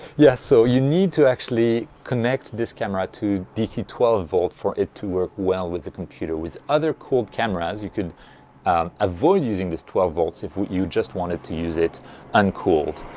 yes so you need to actually connect this camera to dc twelve volt for it to work well with the computer. with other cooled cameras you could avoid using this twelve volts if you just wanted to use it uncooled,